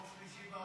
מקום שלישי בעולם.